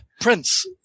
Prince